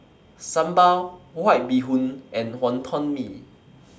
Sambal White Bee Hoon and Wonton Mee